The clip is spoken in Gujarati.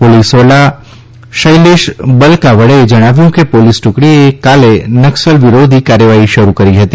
પોલીસ વડા શૈલેષ બલકાવડેએ જણાવ્યું કે પોલિસ ટુકડીએ કાલે નકસલવિરોધી કાર્યવાહી શરૂ કરી હતી